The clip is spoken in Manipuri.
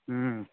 ꯎꯝ